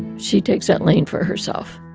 she takes that lane for herself